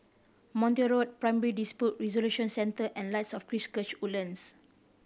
Montreal Road Primary Dispute Resolution Center and Lights of Christ Woodlands